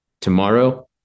tomorrow